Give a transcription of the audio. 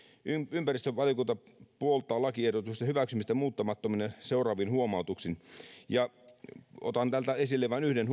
ympäristövaliokunta puoltaa lakiehdotusten hyväksymistä muuttamattomina seuraavin huomautuksin otan esille vain yhden